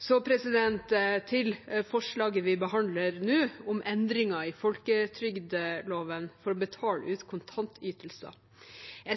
Så til forslaget vi behandler nå, om endringer i folketrygdloven for å betale ut kontantytelser: